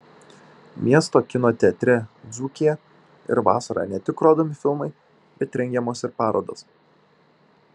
miesto kino teatre dzūkija ir vasarą ne tik rodomi filmai bet rengiamos ir parodos